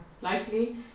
likely